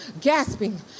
gasping